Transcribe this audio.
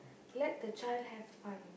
let the child have fun